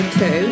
two